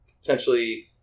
potentially